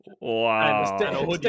Wow